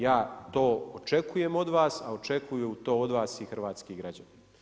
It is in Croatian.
Ja to očekujem od vas, a očekuju to od vas i hrvatski građani.